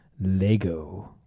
Lego